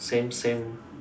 same same